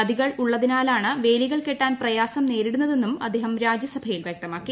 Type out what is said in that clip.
നദികൾ ഉള്ളതിനാലാണ് വേലികൾ കെട്ടാൻ പ്രയാസം നേരിടുന്നതെന്നും അദ്ദേഹം രാജ്യസഭയിൽ വ്യക്തമാക്കി